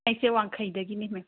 ꯑꯩꯁꯦ ꯋꯥꯡꯈꯩꯗꯒꯤꯅꯤ ꯃꯦꯝ